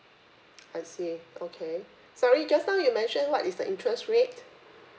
I see okay sorry just now you mention what is the interest rate